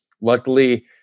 luckily